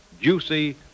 juicy